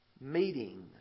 meeting